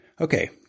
okay